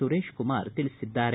ಸುರೇಶ್ ಕುಮಾರ್ ತಿಳಿಸಿದ್ದಾರೆ